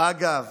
אגב,